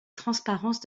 transparence